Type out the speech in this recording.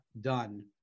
done